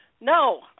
No